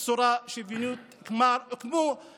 בצורה שוויונית, כמו עם